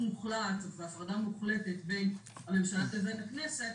מוחלט והפרדה מוחלטת בין הממשלה ובין הכנסת,